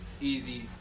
Easy